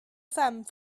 femme